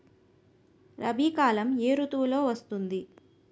రబీ కాలం ఏ ఋతువులో వస్తుంది?